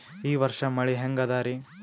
ಈ ವರ್ಷ ಮಳಿ ಹೆಂಗ ಅದಾರಿ?